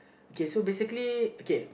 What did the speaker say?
okay so basically okay